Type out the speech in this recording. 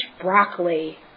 broccoli